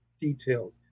detailed